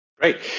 Great